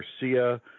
Garcia